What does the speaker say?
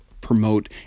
promote